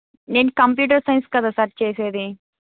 నేను computer science కదా sir చేసేది